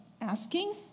asking